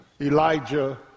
Elijah